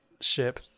ship